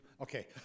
Okay